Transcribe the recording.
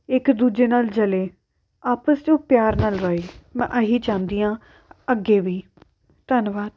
ਇੱਕ ਦੂਜੇ ਨਾਲ ਜਲੇ ਆਪਸ 'ਚ ਉਹ ਪਿਆਰ ਨਾਲ਼ ਰਹੇ ਮੈਂ ਇਹ ਹੀ ਚਾਹੁੰਦੀ ਹਾਂ ਅੱਗੇ ਵੀ ਧੰਨਵਾਦ